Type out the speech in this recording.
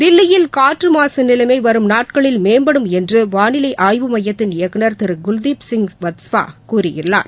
தில்லியில் காற்றுமாசுநிலைமைவரும் நாட்களில் மேம்படும் என்றுவாளிலைஆய்வு மையத்தின் இயக்குனர் திருகுல்தீப் சிங் வத்சவாகூறியுள்ளார்